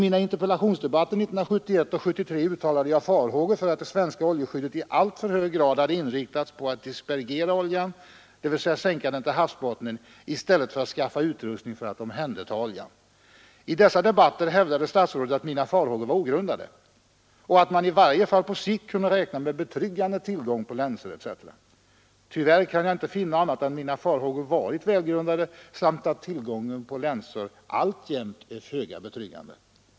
I interpellationsdebatterna 1971 och 1973 uttalade jag farhågor för att det svenska oljeskyddet i alltför hög grad hade inriktats på att dispergera oljan, dvs. sänka den till havsbottnen i stället för att skaffa utrustning för att omhänderta oljan. I dessa debatter hävdade statsrådet att mina farhågor var ogrundade och att man i varje fall på sikt kunde räkna med betryggande tillgång på länsor etc. Tyvärr kan jag inte finna annat än att mina farhågor varit välgrundade samt att tillgången på länsor alltjämt är föga betryggande.